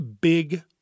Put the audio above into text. big